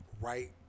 right